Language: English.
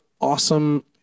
awesome